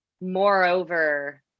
moreover